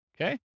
Okay